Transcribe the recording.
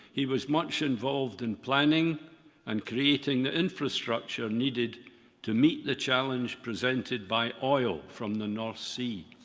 he was much involved in planning and creating the infrastructure needed to meet the challenge presented by oil from the north sea.